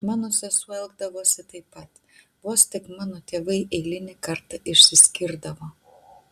mano sesuo elgdavosi taip pat vos tik mano tėvai eilinį kartą išsiskirdavo